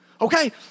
Okay